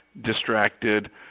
distracted